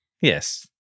Yes